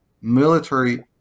military